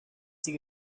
sie